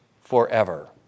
forever